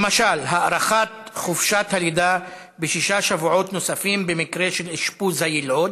למשל הארכת חופשת הלידה בשישה שבועות נוספים במקרה של אשפוז היילוד,